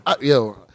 yo